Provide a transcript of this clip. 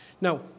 Now